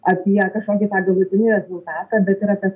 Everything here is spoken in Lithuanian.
apie kažkokį tą galutinį rezultatą bet ir apie